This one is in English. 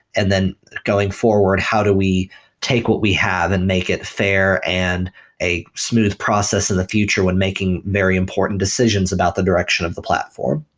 and then going forward, how do we take what we have and make it fair and a smooth process in the future when making very important decisions about the direction of the platform?